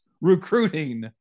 recruiting